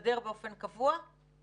צריך לראות כמה מימשו את הזכות הזאת.